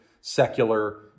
secular